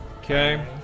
Okay